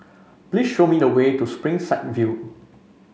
please show me the way to Springside View